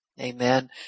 Amen